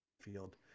field